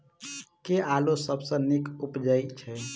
केँ आलु सबसँ नीक उबजय छै?